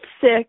sick